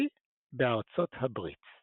וטנסי בארצות הברית.